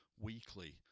weekly